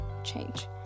Change